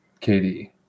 KD